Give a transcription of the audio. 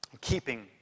keeping